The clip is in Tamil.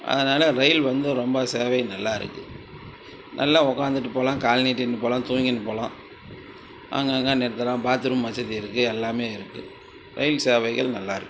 அதனால் ரயில் வந்து ரொம்ப சேவை நல்லாயிருக்கு நல்லா உட்காந்துட்டு போகலாம் காலை நீட்டின்னு போகலாம் தூங்கின்னு போகலாம் அங்கங்கே நிற்கலாம் பாத்ரூம் வசதி இருக்குது எல்லாமே இருக்குது ரயில் சேவைகள் நல்லாயிருக்கு